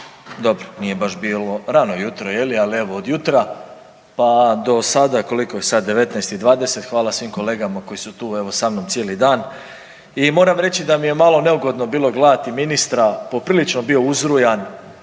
dobro nije baš bilo rano jutro je li, ali evo do jutra pa do sada, koliko je sada 19,20 hvala svim kolegama koji su tu evo sa mnom cijeli dan i moram reći da mi je malo neugodno bilo gledati ministra poprilično je bio uzrujan,